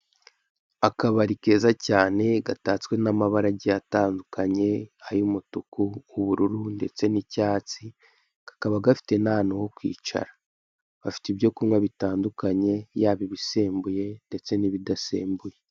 Akabari keza cyane gatatswe n'abarara agiye atandukanye ay'umutuku, ubururu, ndetse n'icyatsi, kakaba gafite n'ahantu ho kwicara bakaba, bafite ibyokunywa bitandukanye yaba ibisembuye ndetse n'ibidasembuye.